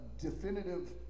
definitive